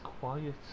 quiet